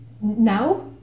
Now